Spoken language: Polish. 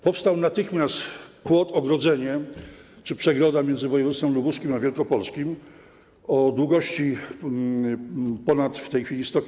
Powstał natychmiast płot, ogrodzenie czy przegroda między województwem lubuskim a wielkopolskim, o długości w tej chwili ponad 100 km.